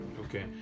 Okay